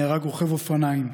נהרג רוכב אופניים,